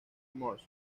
mrs